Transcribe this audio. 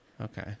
Okay